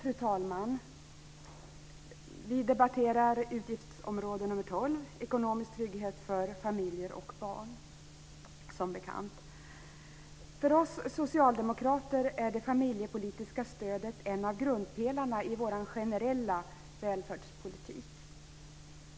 Fru talman! Vi debatterar som bekant utgiftsområde nr 12 - ekonomisk trygghet för familjer och barn. För oss socialdemokrater är det familjepolitiska stödet en av grundpelarna i vår generella välfärdspolitik.